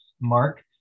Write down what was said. mark